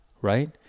right